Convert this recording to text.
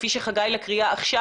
חגי קרא לפעול